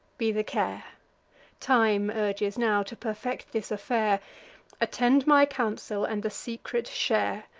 be the care time urges, now, to perfect this affair attend my counsel, and the secret share.